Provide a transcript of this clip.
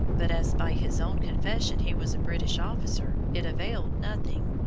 but as by his own confession he was a british officer, it availed nothing.